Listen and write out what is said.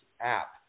app